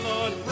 Lord